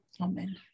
amen